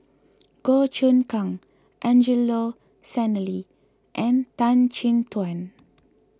Goh Choon Kang Angelo Sanelli and Tan Chin Tuan